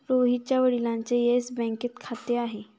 रोहितच्या वडिलांचे येस बँकेत खाते आहे